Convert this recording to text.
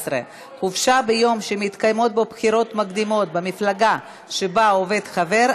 17) (חופשה ביום שמתקיימות בו בחירות מקדימות במפלגה שבה העובד חבר),